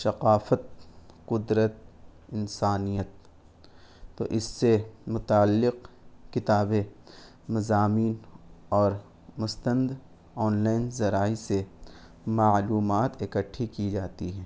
ثقافت قدرت انسانیت تو اس سے متعلق کتابیں مضامین اور مستند آن لائن ذرائع سے معلومات اکٹھی کی جاتی ہے